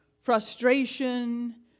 frustration